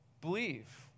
Believe